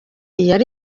yari